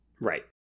right